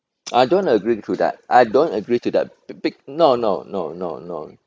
I don't agree to that I don't agree to that big no no no no no